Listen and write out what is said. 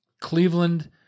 Cleveland